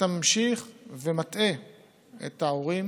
אתה ממשיך להטעות את ההורים